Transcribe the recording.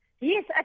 Yes